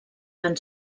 tan